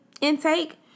intake